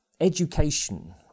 education